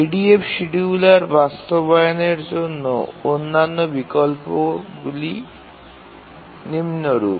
EDF scheduler বাস্তবায়নের জন্য অন্যান্য বিকল্পগুলি নিম্নরূপ